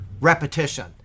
repetition